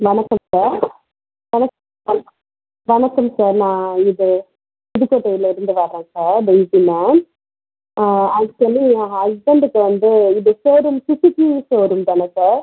வணக்கம் சார் வணக் வணக் வணக்கம் சார் நான் இது புதுக்கோட்டையிலேருந்து வரேன் சார் ஆ ஆக்ச்சுவலி என் ஹஸ்பண்டுக்கு வந்து இது ஷோரூம் சுசுக்கி ஷோரூம் தானே சார்